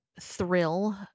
thrill